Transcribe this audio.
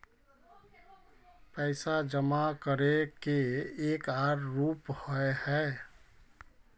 पैसा जमा करे के एक आर रूप होय है?